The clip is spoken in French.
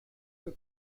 que